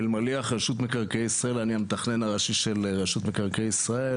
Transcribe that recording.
שלום אני המתכנן הראשי של הרשות למקרקעי ישראל.